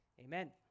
amen